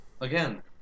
Again